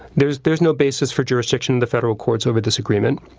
there's there's no basis for jurisdiction in the federal courts over this agreement.